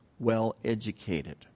Well-educated